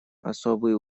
особый